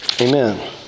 Amen